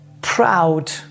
proud